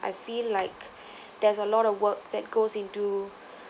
I feel like there's a lot of work that goes into